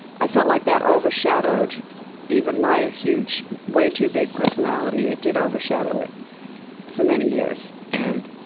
i felt like that overshadowed even my huge way too big personality. it did overshadow it for many years. and